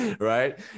right